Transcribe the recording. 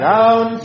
Down